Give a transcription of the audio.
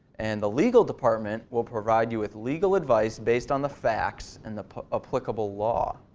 and the legal department will provide you with legal advice based on the facts and the applicable law.